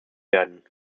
werden